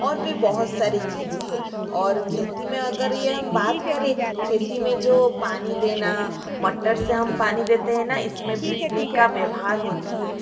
और बी बहुत सारी चीज़ें हैं और खेती में अगर ये हम बात करें खेती में जो पानी देना मट्टर से हम पानी देते है ना इस में बिजली का व्यवहार होता है